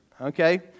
Okay